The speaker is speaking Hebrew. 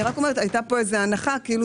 אני רק אומרת שהייתה כאן איזו הנחה כאילו